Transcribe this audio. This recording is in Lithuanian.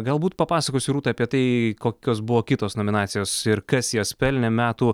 galbūt papasakosiu rūta apie tai kokios buvo kitos nominacijos ir kas jas pelnė metų